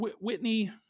Whitney